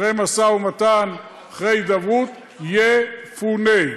אחרי משא-ומתן, אחרי הידברות, יפונה.